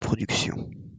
production